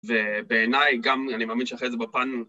ובעיניי גם, אני מאמין שאחרי זה בפאנל